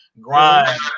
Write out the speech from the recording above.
grind